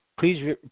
Please